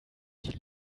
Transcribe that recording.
die